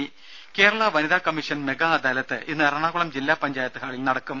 ദ്ദേ കേരള വനിതാ commission mega adalat ഇന്ന് എറണാകുളം ജില്ലാ പഞ്ചായത്ത് ഹാളിൽ നടക്കും